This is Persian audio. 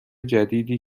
جدیدی